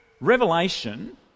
Revelation